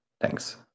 Thanks